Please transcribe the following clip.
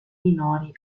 minori